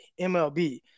MLB